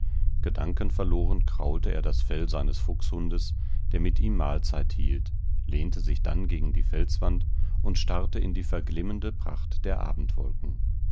gedankenverloren kraulte er das fell seines fuchshundes der mit ihm mahlzeit hielt lehnte sich dann gegen die felswand und starrte in die verglimmende pracht der abendwolken